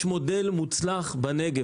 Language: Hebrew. יש מודל מוצלח בנגב,